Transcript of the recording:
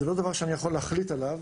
שזה לא דבר שאני יכול להחליט עליו.